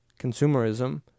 consumerism